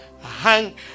hang